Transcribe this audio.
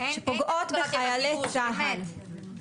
שפוגעות בחיילי צה"ל.